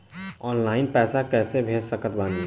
Online पैसा कैसे भेज सकत बानी?